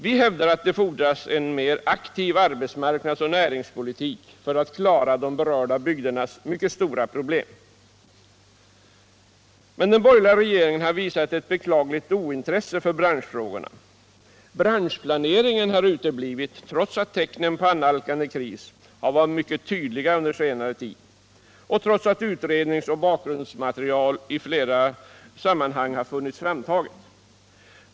Vi hävdar att det fordras en mera aktiv arbetsmarknadsoch näringspolitik för att klara de berörda bygdernas mycket stora problem. Men den borgerliga regeringen har visat ett beklagligt ointresse för branschfrågorna. Branschplaneringen har uteblivit, trots att tecknen på annalkande kris varit mycket tydliga under senare tid och trots att utredningsoch bakgrundsmaterial i flera fall funnits framtaget.